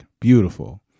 Beautiful